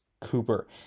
Cooper